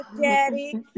daddy